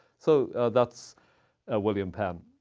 so that's william penn.